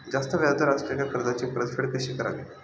जास्त व्याज दर असलेल्या कर्जाची परतफेड कशी करावी?